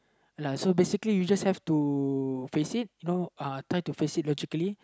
lah so basically you just have to face it you know try to face it logically